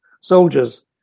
soldiers